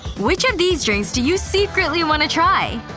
which of these drinks do you secretly want to try?